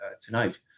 tonight